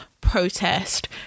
protest